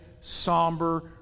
somber